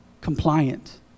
compliant